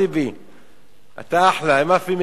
אחמד טיבי,